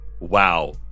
Wow